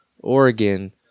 Oregon